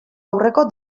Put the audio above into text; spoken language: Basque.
aurreko